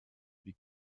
wie